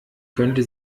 könnte